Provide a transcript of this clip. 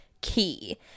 key